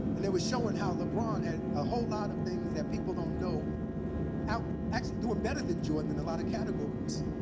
and it was showing how lebron had a whole lot of things that people don't know actually doing better than jordan in a lot of categories.